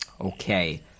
okay